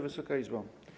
Wysoka Izbo!